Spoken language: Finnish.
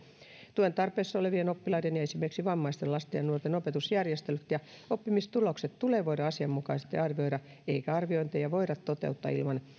tuen tarpeessa olevien oppilaiden ja esimerkiksi vammaisten lasten ja nuorten opetusjärjestelyt ja oppimistulokset tulee voida asianmukaisesti arvioida eikä arviointeja voida toteuttaa ilman